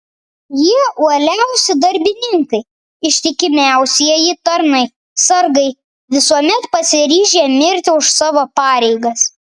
jie uoliausi darbininkai ištikimiausieji tarnai sargai visuomet pasiryžę mirti už savo pareigas